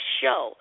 show